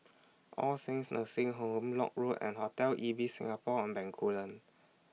All Saints Nursing Home Lock Road and Hotel Ibis Singapore on Bencoolen